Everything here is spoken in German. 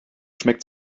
schmeckt